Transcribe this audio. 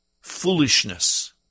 foolishness